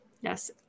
Yes